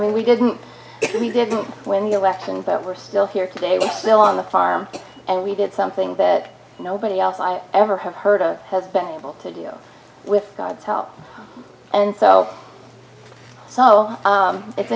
mean we didn't we didn't win the election but we're still here today we're still on the farm and we did something that nobody else i've ever heard of has been able to deal with god's help and so so it's